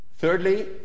Thirdly